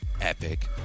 epic